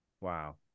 Wow